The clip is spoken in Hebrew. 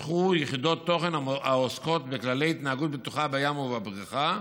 פותחו יחידות תוכן העוסקות בכללי התנהגות בטוחה בים ובבריכה,